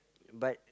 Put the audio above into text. but